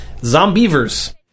Zombievers